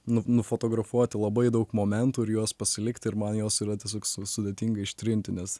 nu nufotografuoti labai daug momentų ir juos pasilikti ir man juos yra tiesiog su sudėtinga ištrinti nes